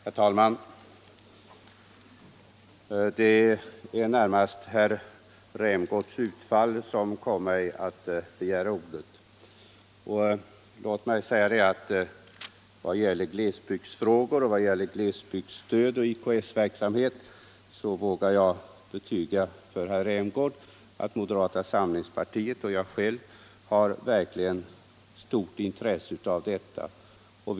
Herr talman! Det var närmast herr Rämgårds utfall som kom mig att begära ordet. Låt mig säga att jag vad gäller glesbygdsfrågor, glesbygdsstöd och IKS-verksamhet vågar betyga för herr Rämgård att moderata samlingspartiet och jag själv verkligen slår vakt om dessa frågor.